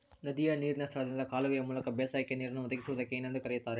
ನದಿಯ ನೇರಿನ ಸ್ಥಳದಿಂದ ಕಾಲುವೆಯ ಮೂಲಕ ಬೇಸಾಯಕ್ಕೆ ನೇರನ್ನು ಒದಗಿಸುವುದಕ್ಕೆ ಏನೆಂದು ಕರೆಯುತ್ತಾರೆ?